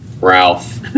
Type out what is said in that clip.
Ralph